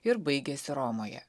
ir baigėsi romoje